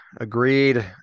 Agreed